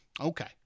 Okay